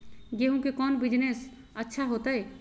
गेंहू के कौन बिजनेस अच्छा होतई?